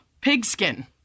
Pigskin